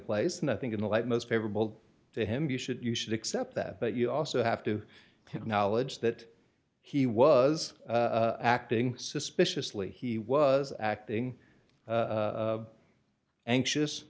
place and i think in the light most favorable to him you should you should accept that but you also have to acknowledge that he was acting suspiciously he was acting anxious